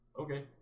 Okay